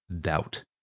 doubt